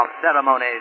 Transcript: ceremonies